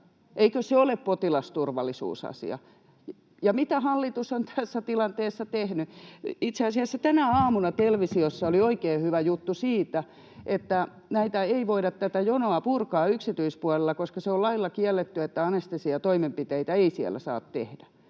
Lohi pyytää vastauspuheenvuoroa] Ja mitä hallitus on tässä tilanteessa tehnyt? Itse asiassa tänä aamuna televisiossa oli oikein hyvä juttu siitä, että tätä jonoa ei voida purkaa yksityispuolella, koska se on lailla kielletty: anestesiatoimenpiteitä ei siellä saa tehdä.